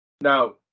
now